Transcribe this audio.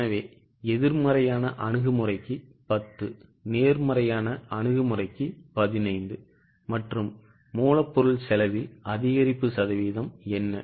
எனவே எதிர்மறையான அணுகுமுறைக்கு 10 நேர்மறையான அணுகுமுறைக்கு 15 மற்றும் மூலப்பொருள் செலவில் அதிகரிப்பு சதவீதம் என்ன